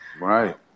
Right